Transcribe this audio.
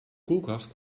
koelkast